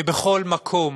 שבכל מקום